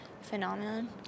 phenomenon